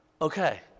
Okay